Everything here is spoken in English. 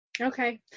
Okay